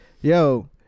yo